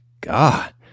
God